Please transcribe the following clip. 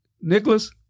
Nicholas